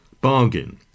Bargain